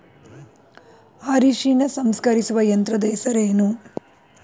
ಅರಿಶಿನ ಸಂಸ್ಕರಿಸುವ ಯಂತ್ರದ ಹೆಸರೇನು?